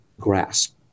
grasp